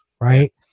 right